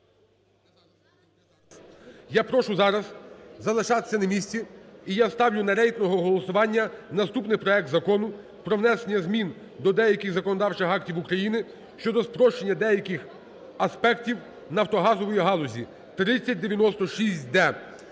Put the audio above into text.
Я прошу зараз залишатися на місці. І я ставлю на рейтингове голосування наступний проект Закону про внесення змін до деяких законодавчих актів України щодо спрощення деяких аспектів нафтогазової галузі (3096-д).